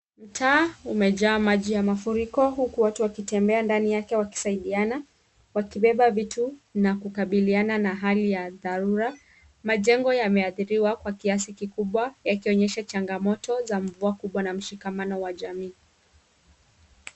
Mtaa umejaa maji ya mafuriko huku watu wakitembea ndani yake wakisaidiana, wakibeba vitu na kukabiliana na hali ya dharura. Majengo yameathiriwa kwa kiasi kikubwa yakionyesha changamoto za mvua kubwa na mshikamano wa jamii.